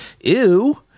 Ew